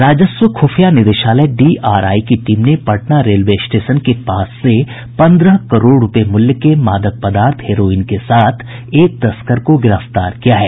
राजस्व ख़ुफिया निदेशालय डी आर आई की टीम ने पटना रेलवे स्टेशन के पास से पंद्रह करोड़ रूपये मूल्य के मादक पदार्थ हेरोईन के साथ एक तस्कर को गिरफ्तार किया है